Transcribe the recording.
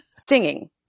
Singing